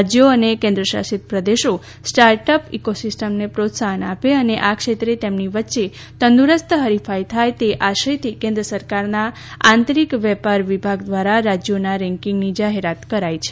રાજ્યો અને કેન્દ્ર શાસિત પ્રદેશો સ્ટાર્ટઅપ ઈકોસિસ્ટમને પ્રોત્સાહન આપે અને આ ક્ષેત્રે તેમની વચ્ચે તંદુરસ્ત હરીફાઈ થાય તે આશયથી કેન્દ્ર સરકારના આંતરિક વેપાર વિભાગ દ્વારા રાજ્યોના રેન્કિંગની જાહેરાત કરાય છે